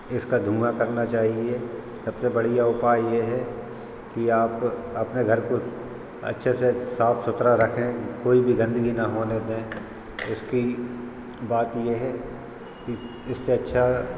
इसका धुआँ करना चाहिए सबसे बढ़िया उपाय ये है कि आप अपने घर को अच्छे से साफ सुथरा रखे कोई भी गंदगी न होने दें इसकी बात ये है कि इससे अच्छा